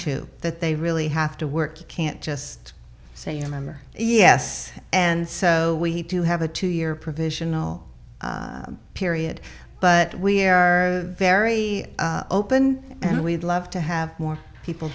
to that they really have to work can't just say you remember yes and so we do have a two year provisional period but we are very open and we'd love to have more people